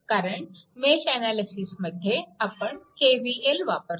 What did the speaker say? कारण मेश अनालिसिसमध्ये आपण KVL वापरतो